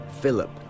Philip